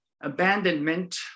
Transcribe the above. abandonment